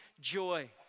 joy